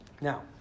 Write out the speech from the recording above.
Now